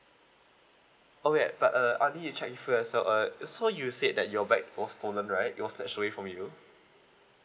oh ya but uh I need to check if with you as well uh so you said that your bag was stolen right it was snatched away from you